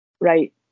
right